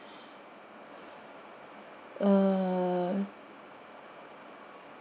err